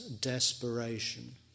desperation